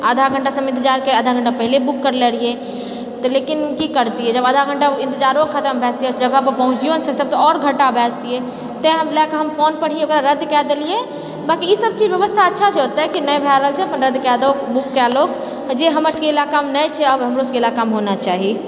आधा घण्टासँ हम ईन्तजारके आधा घण्टा पहिले हम बुक करले रहियै तऽ लेकिन की करतियै जब आधा घण्टा ईन्तजारो खतम भए जेतै आ जगह पर पहुँचियो नहि सकतिऐ तऽ आओर घाटा भए जीतियै तँ लऽ कऽ हम फोन पर ही ओकरा रद्द कए देलिऐ बाँकी ईसब चीज व्यवस्था अच्छा छै ओतए की नहि भए रहल छै अपन रद्द कए दउ बुक कए लउ जे हमरसबके ईलाकामे नहि छै आब हमरो सबके ईलाकामे होना चाही